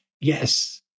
Yes